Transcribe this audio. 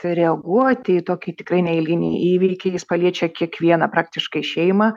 reaguoti į tokį tikrai neeilinį įvykį jis paliečia kiekvieną praktiškai šeimą